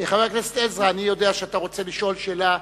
חבר הכנסת עזרא, אני יודע שאתה רוצה לשאול שאלה,